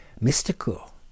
mystical